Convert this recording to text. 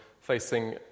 facing